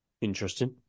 Interesting